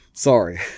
Sorry